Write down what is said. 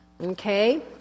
okay